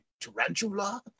Tarantula